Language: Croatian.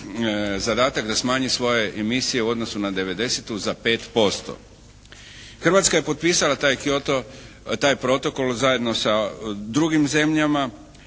zadatak da smanji svoje emisije u odnosu na '90. za 5%. Hrvatska je potpisala taj protokol zajedno sa drugim zemljama.